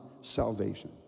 salvation